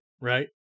right